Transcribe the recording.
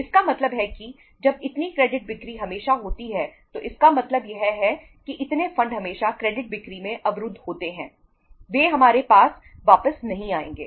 इसका मतलब है कि जब इतनी क्रेडिट बिक्री हमेशा होती है तो इसका मतलब यह है कि इतने फंड हमेशा क्रेडिट बिक्री में अवरुद्ध होते हैं वे हमारे पास वापस नहीं आएंगे